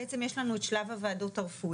בעצם יש לנו את שלב הוועדות הרפואיות.